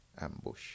ambush